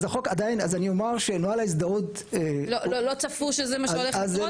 לא צפו שזה מה שהולך לקרות?